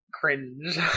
cringe